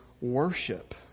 worship